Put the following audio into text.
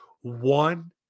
one